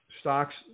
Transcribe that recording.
stocks